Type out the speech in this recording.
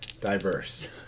diverse